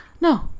no